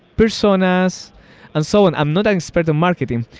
personas and so on. i'm not expert on marketing.